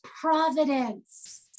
providence